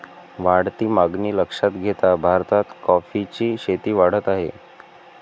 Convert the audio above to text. वाढती मागणी लक्षात घेता भारतात कॉफीची शेती वाढत आहे